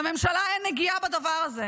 לממשלה אין נגיעה בדבר הזה.